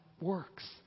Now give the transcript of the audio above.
works